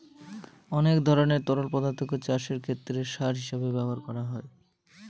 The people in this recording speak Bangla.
অনেক ধরনের তরল পদার্থকে চাষের ক্ষেতে সার হিসেবে ব্যবহার করা যায়